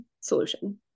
solution